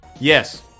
yes